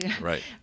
Right